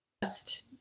best